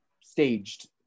staged